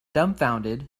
dumbfounded